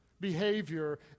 behavior